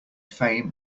fame